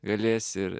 galės ir